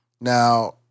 Now